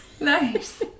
Nice